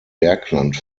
bergland